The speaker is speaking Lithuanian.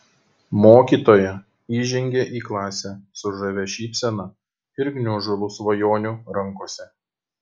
mokytoja įžengė į klasę su žavia šypsena ir gniužulu svajonių rankose